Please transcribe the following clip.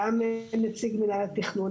גם נציג מינהל התכנון,